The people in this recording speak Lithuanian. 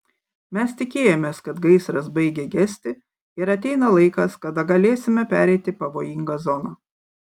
mes tikėjomės kad gaisras baigia gesti ir ateina laikas kada galėsime pereiti pavojingą zoną